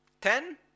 Ten